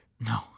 No